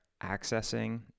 accessing